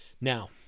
Now